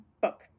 book